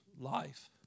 life